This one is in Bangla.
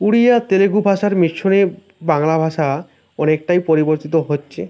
উড়িয়া তেলুগু ভাষার মিশ্রণে বাংলা ভাষা অনেকটাই পরিবর্তিত হচ্ছে